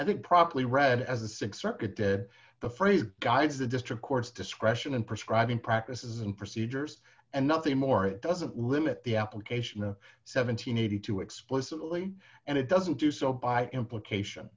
i think probably read as a six circuit that the phrase guides the district courts discretion and prescribing practices and procedures and nothing more it doesn't limit the application of seven hundred and eighty two dollars explicitly and it doesn't do so by implication